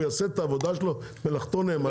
הוא יעשה את מלאכתו נאמנה?